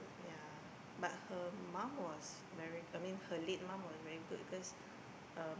yeah but her mom was very I mean her late mom was very good cause um